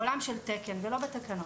בעולם של תקן ולא בתקנות.